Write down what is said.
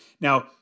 Now